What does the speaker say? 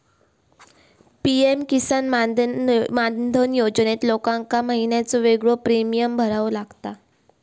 PM Kisan Maandhan योजनेत लोकांका महिन्याचो येगळो प्रीमियम भरावो लागता